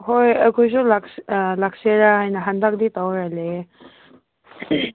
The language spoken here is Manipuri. ꯍꯣꯏ ꯑꯩꯈꯣꯏꯁꯨ ꯑꯥ ꯂꯥꯛꯁꯤꯔꯥ ꯍꯥꯏꯅ ꯍꯟꯗꯛꯇꯤ ꯇꯧꯔꯥ ꯂꯩꯌꯦ